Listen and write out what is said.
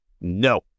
no